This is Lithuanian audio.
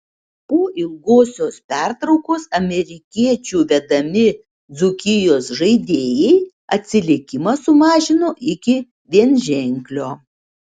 po ilgosios pertraukos amerikiečių vedami dzūkijos žaidėjai atsilikimą sumažino iki vienženklio